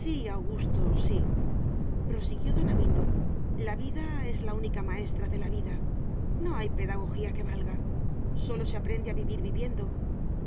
sí augusto síprosiguió don avito la vida es la única maestra de la vida no hay pedagogía que valga sólo se aprende a vivir viviendo